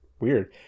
weird